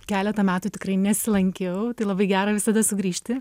keletą metų tikrai nesilankiau tai labai gera visada sugrįžti